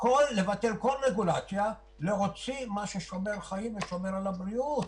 לבטל כל רגולציה למעט מה ששומר על החיים ושומר על הבריאות.